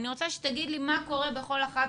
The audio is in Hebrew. אני רוצה שתגיד לי מה קורה בכל אחת